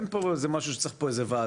אין פה משהו שצריך ועדה,